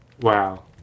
Wow